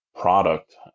product